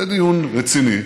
זה דיון רציני,